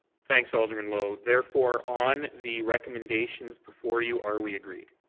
thanks, alderman lowe. therefore, on the recommendations before you, are we agreed?